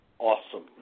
Awesome